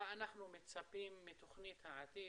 מה אנחנו מצפים מתוכנית העתיד,